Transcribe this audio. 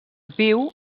viu